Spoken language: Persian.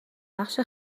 بخش